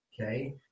Okay